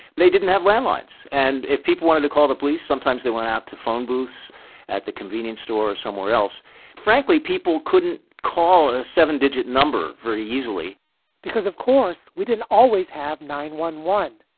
they didn't have landlines. and if people wanted to call the police, sometimes they went out to phone booths at the convenience store or somewhere else frankly, people couldn't call a seven digit number very easily because, of course, we didn't always have nine one one,